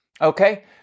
Okay